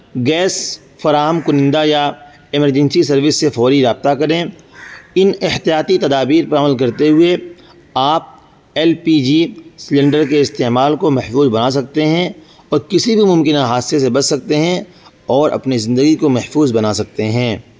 gas فراہم کنندہ یا ایمرجنسی سروس سے فوری رابطہ کریں ان احتیاطی تدابیر پر عمل کرتے ہوئے آپ ایل پی جی سلینڈر کے استعمال کو محفوظ بنا سکتے ہیں اور کسی بھی ممکنہ حادثے سے بچ سکتے ہیں اور اپنی زندگی کو محفوظ بنا سکتے ہیں